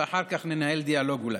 ואחר כך אולי ננהל דיאלוג.